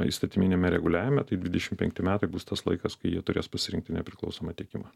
įstatyminiame reguliavime tai dvidešim penkti metai bus tas laikas kai jie turės pasirinkti nepriklausomą tiekimą